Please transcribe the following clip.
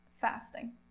fasting